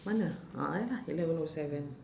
mana a'ah lah eleven O seven